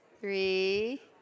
three